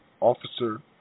Officer